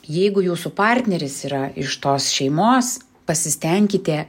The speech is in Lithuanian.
jeigu jūsų partneris yra iš tos šeimos pasistenkite